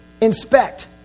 Inspect